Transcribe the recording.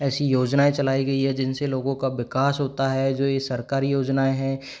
ऐसी योजनाएँ चलाई गईं हैं जिनसे लोगों का विकास होता है जो ये सरकारी योजनाएँ हैं